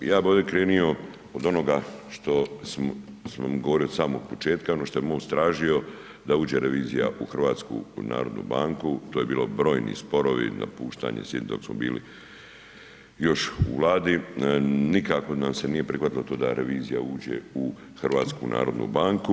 Ja bi ovdje krenio od onoga što smo govorili od samog početka, ono što je MOST tražio da uđe revizija u HNB, to je bilo brojni sporovi, napuštanje sjednice dok smo bili još u Vladi, nikako nam se nije prihvatilo to da revizija uđe u HNB.